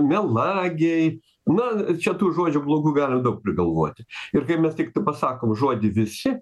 melagiai na čia tų žodžių blogų galim daug prigalvoti ir kai mes tiktai pasakom žodį visi